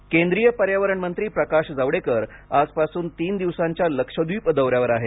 जावडेकर दौरा केंद्रीय पर्यावरणमंत्री प्रकाश जावडेकर आजपासून तीन दिवसांच्या लक्षद्वीप दौऱ्यावर आहेत